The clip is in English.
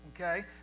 okay